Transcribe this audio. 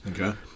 Okay